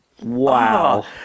wow